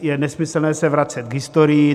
Je nesmyslné se vracet k historii.